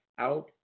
out